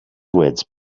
wedge